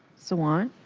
sawant?